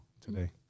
today